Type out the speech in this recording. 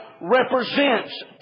represents